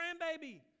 grandbaby